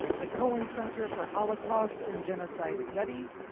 the cohen center for holocaust and genocide studies,